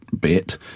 bit